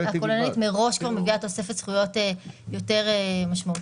מראש כבר מביאה תוספת זכויות יותר משמעותית.